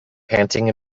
panting